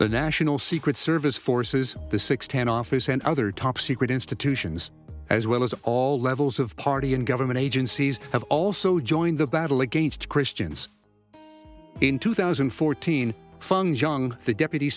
the national secret service forces the sixten office and other top secret institutions as well as all levels of party in government agencies have also joined the battle against christians in two thousand and fourteen fung jong the deputy